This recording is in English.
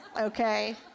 okay